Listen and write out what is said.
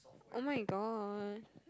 [oh]-my-god